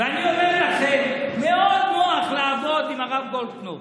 ואני אומר לכם, מאוד נוח לעבוד עם הרב גולדקנופ.